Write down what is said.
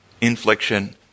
infliction